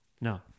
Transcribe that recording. No